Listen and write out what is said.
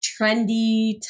trendy